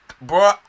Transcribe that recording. bro